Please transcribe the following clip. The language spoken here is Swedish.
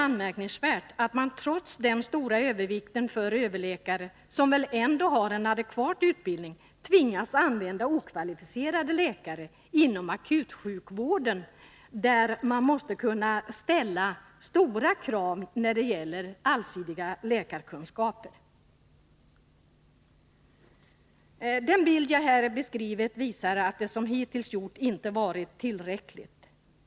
Anmärkningsvärt är att man trots den stora övervikten för överläkare, som väl ändå har en adekvat utbildning, tvingas använda okvalificerade läkare inom akutsjukvården, där man måste kunna ställa stora krav på allsidiga läkarkunskaper. Den bild jag här beskrivit visar att det som hittills gjorts inte varit tillräckligt.